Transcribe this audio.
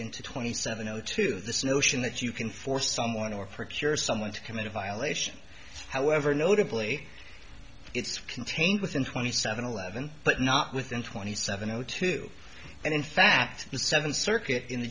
into twenty seven o two this notion that you can force someone or procure someone to commit a violation however notably it's contained within twenty seven eleven but not within twenty seven zero two and in fact the seventh circuit in the